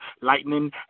lightning